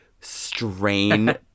strain